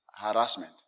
harassment